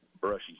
brushy